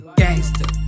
gangster